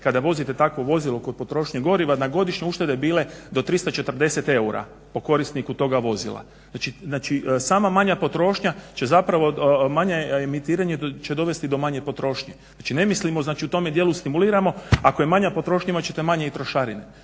kada vozite takvo vozilo kod potrošnje goriva na godišnje uštede bile do 340 eura po korisniku toga vozila, znači sama manja potrošnja će zapravo manje emitiranje će dovesti do manje potrošnje, znači ne mislimo znači u tome dijelu stimuliramo ako je manja potrošnja imat ćete manje i trošarine,